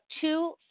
two